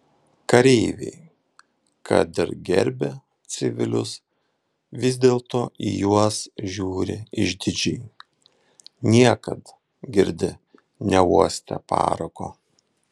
kareiviai kad ir gerbia civilius vis dėlto į juos žiūri išdidžiai niekad girdi neuostę parako